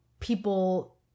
People